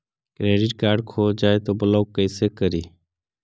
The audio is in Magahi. क्रेडिट कार्ड खो जाए तो ब्लॉक कैसे करी?